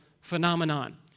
phenomenon